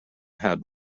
had